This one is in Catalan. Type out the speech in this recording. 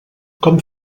com